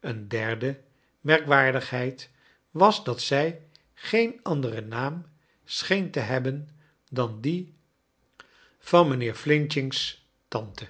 een derde merkwaardigheid was dat zij geen anderen naam scheen te hebben dan dien van mijnheer f's flinching tante